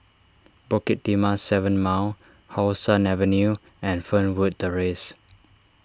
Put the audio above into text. Bukit Timah seven Mile How Sun Avenue and Fernwood Terrace